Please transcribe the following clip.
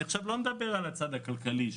לא אדבר על הצד הכלכלי,